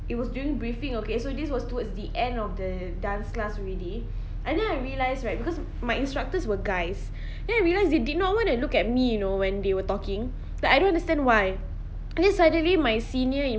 it was during briefing okay so this was towards the end of the dance class already and then I realise right because my instructors were guys then I realised he did not want to look at me you know when they were talking but I don't understand why and then suddenly my senior in